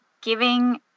giving